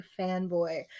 fanboy